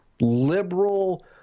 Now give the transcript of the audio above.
liberal